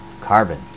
carbon